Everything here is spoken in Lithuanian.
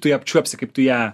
tu ją apčiuopsi kaip tu ją